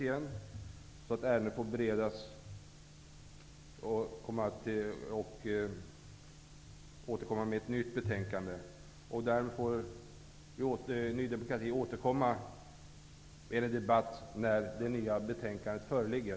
Utskottet ges därmed möjlighet att åter bereda ärendet och att återkomma med nytt betänkande. Ny demokrati återkommer i debatten när det nya betänkandet föreligger.